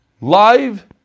Live